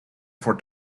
for